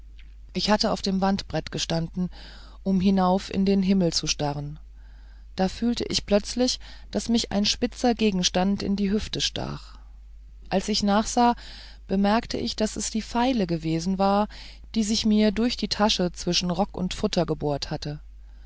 ich hatte auf dem wandbrett gestanden um hinauf in den himmel zu starren da fühlte ich plötzlich daß mich ein spitzer gegenstand in die hüfte stach und als ich nachsah bemerkte ich daß es die feile gewesen war die sich mir durch die tasche zwischen rock und futter gebohrt hatte